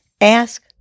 Ask